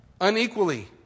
unequally